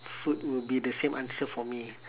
food will be the same answer for me